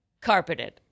carpeted